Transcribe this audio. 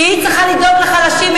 כי היא צריכה לדאוג לחלשים.